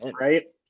Right